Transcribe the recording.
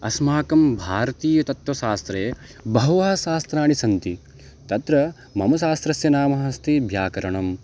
अस्माकं भारतीयतत्त्वशास्त्रे बहवः शास्त्राणि सन्ति तत्र मम शास्त्रस्य नाम अस्ति व्याकरणम्